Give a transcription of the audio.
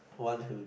who want to